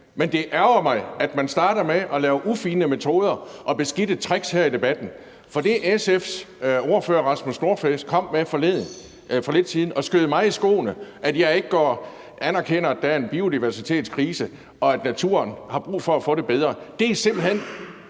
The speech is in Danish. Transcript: men det ærgrer mig, at man starter med at lave ufine metoder og beskidte tricks her i debatten. For det, SF's ordfører, Rasmus Nordqvist, kom med for lidt siden, hvor han skød mig i skoene, at jeg ikke anerkender, at der er en biodiversitetskrise, og at naturen har brug for at få det bedre, er simpelt hen